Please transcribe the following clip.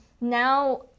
now